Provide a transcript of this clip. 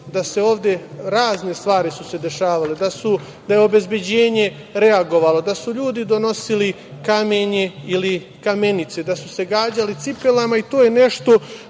su se ovde razne stvari dešavale, da je obezbeđenje reagovalo, da su ljudi donosili kamenje ili kamenice, da su se gađali cipelama. To je nešto